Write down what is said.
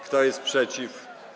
Kto jest przeciw?